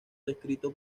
descrito